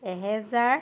এহেজাৰ